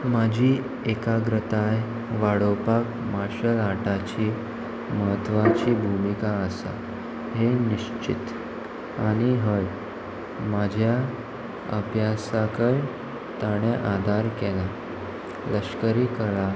म्हाजी एकाग्रताय वाडोवपाक मार्शल आर्टाची म्हत्वाची भुमिका आसा हे निश्चित आनी हय म्हाज्या अभ्यासाकय ताणें आदार केला लश्करी कळा